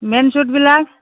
main ছেটবিলাক